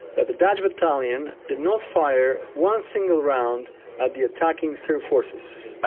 that the dutch battalion did not fire one single round at the attacking serb forces.